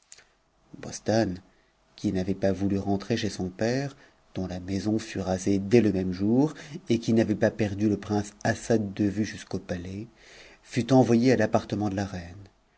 bostane qui n'avait pas voulu rentrer chez son père dont la maison fut rasée dès le même jour et qui n'avait pas perdu le prince assad d vue jusqu'au palais fut envoyée à l'appartement de la reine